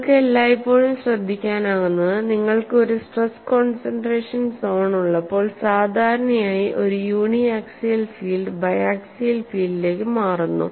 നിങ്ങൾക്ക് എല്ലായ്പ്പോഴും ശ്രദ്ധിക്കാനാകുന്നത് നിങ്ങൾക്ക് ഒരു സ്ട്രെസ് കോൺസൺട്രേഷൻ സോൺ ഉള്ളപ്പോൾ സാധാരണയായി ഒരു യൂണി ആക്സിയൽ ഫീൽഡ് ബയാക്സിയൽ ഫീൽഡിലേക്ക് മാറുന്നു